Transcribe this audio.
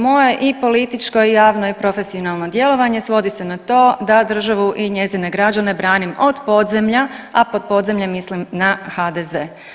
Moje i političko i javno i profesionalno djelovanje svodi se na to da državu i njezine građane branim od podzemlja, a pod podzemljem mislim na HDZ.